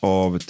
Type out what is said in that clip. av